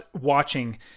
watching